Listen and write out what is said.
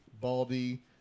baldy